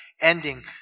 ending